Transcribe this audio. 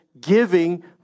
giving